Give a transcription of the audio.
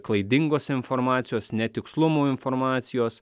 klaidingos informacijos netikslumų informacijos